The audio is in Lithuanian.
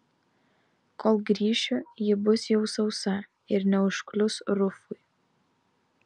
kol grįšiu ji bus jau sausa ir neužklius rufui